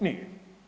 Nije.